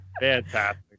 fantastic